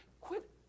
Quit